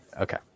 Okay